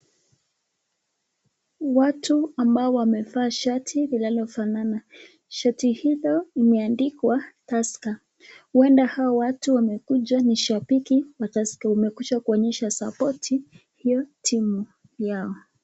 Watu ambao wamevaa shati zinalofanana shati hilo limeandikwa tusker, huenda hawa watu wamekuja ni shabiki wamekuja wa tusker kuonyesha sapoti hiyo timu yao.